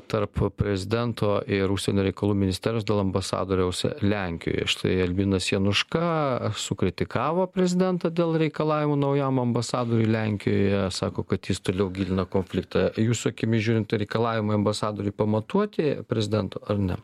tarp prezidento ir užsienio reikalų ministerijos dėl ambasadoriaus lenkijoje štai albinas januška sukritikavo prezidentą dėl reikalavimų naujam ambasadoriui lenkijoje sako kad jis toliau gilina konfliktą jūsų akimis žiūrint tai reikalavimai ambasadoriui pamatuoti prezidento ar ne